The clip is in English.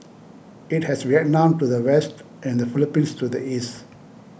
it has Vietnam to the west and the Philippines to the east